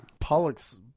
Pollock's